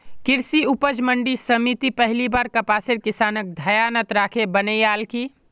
कृषि उपज मंडी समिति पहली बार कपासेर किसानक ध्यानत राखे बनैयाल की